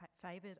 favoured